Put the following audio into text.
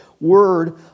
Word